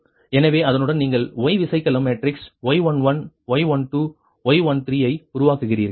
எனவே அதனுடன் நீங்கள் Y விசைக்கலம் மேட்ரிக்ஸ் y11y12 y13 ஐ உருவாக்குகிறீர்கள்